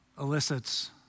elicits